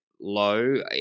low